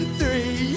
three